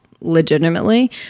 legitimately